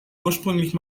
ursprünglich